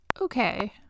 okay